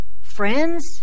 Friends